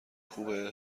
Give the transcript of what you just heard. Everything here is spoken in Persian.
خوبه